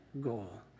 goal